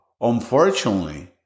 Unfortunately